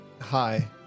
hi